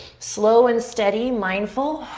slow and steady, mindful,